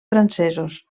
francesos